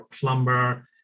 plumber